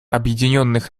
объединенных